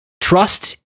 trust